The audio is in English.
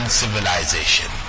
civilization